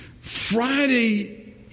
Friday